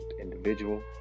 individual